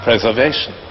Preservation